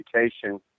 education